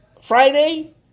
Friday